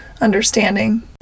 understanding